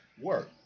work